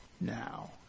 now